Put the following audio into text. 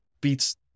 beats